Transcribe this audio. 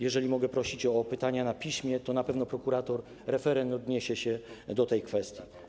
Jeżeli mogę prosić o pytania na piśmie, to na pewno prokurator referent odniesie się do tej kwestii.